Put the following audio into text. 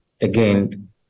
again